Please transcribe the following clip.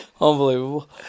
unbelievable